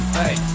hey